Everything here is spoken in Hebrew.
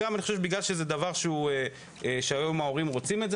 בגלל שזה דבר שהיום ההורים רוצים את זה,